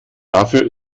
dafür